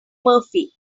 murphy